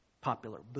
popular